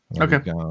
Okay